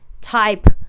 type